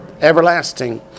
everlasting